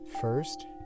First